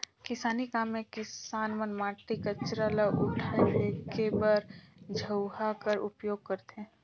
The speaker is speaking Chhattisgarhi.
किसानी काम मे किसान मन माटी, कचरा ल उठाए फेके बर झउहा कर उपियोग करथे